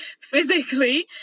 physically